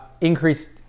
increased